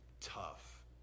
tough